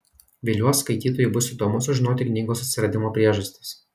viliuos skaitytojui bus įdomu sužinoti knygos atsiradimo priežastis